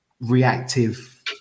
reactive